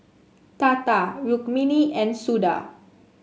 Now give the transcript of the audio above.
Tata Rukmini and Suda